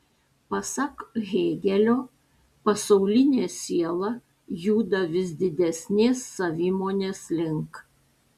pasak hėgelio pasaulinė siela juda vis didesnės savimonės link